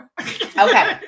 Okay